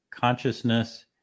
Consciousness